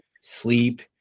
sleep